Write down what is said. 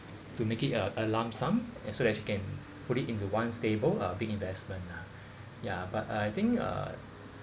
to make it a a lump sum and so that she can put it into one stable uh big investment lah ya but I think uh